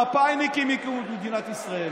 המפא"יניקים הקימו את מדינת ישראל,